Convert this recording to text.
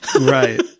Right